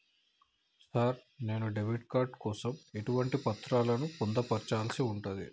Sir నేను debit card కోసం ఎటువంటి పత్రాలను పొందుపర్చాల్సి ఉంటది?